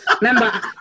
Remember